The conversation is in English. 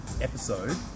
episode